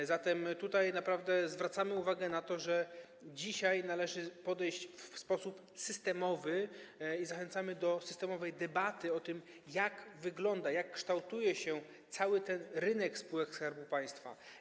A zatem naprawdę zwracamy uwagę na to, że dzisiaj należy podejść do tego w sposób systemowy, i zachęcamy do systemowej debaty o tym, jak wygląda, jak kształtuje się cały rynek spółek Skarbu Państwa.